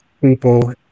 people